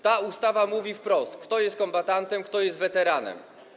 Ta ustawa mówi wprost, kto jest kombatantem, kto jest weteranem.